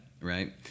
right